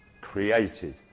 created